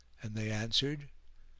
and they answered,